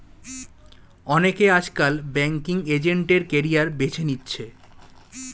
অনেকে আজকাল banking agent এর ক্যারিয়ার বেছে নিচ্ছে